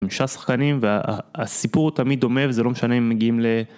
חמישה שחקנים והסיפור תמיד דומה, זה לא משנה אם מגיעים ל...